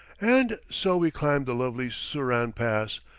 and so we climb the lovely suran pass,